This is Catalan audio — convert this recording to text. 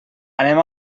anem